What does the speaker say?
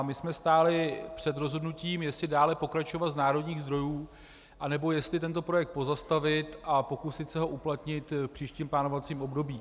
My jsme stáli před rozhodnutím, jestli dále pokračovat z národních zdrojů, anebo jestli tento projekt pozastavit a pokusit se ho uplatnit v příštím plánovacím období.